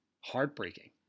heartbreaking